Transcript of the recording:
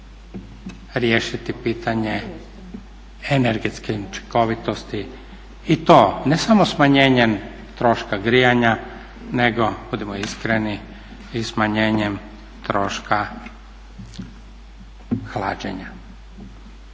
riješiti pitanje energetske učinkovitosti i to ne samo smanjenjem troška grijanja nego budimo iskreni i smanjenjem troška hlađenja.